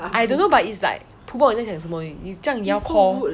I don't know but it's like pu bo 你在讲什么你你这样也要 call